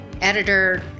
editor